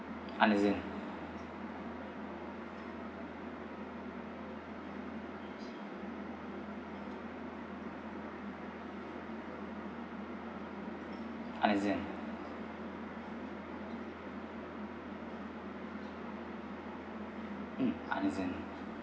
understand understand mm understand